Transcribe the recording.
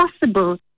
possible